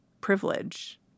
privilege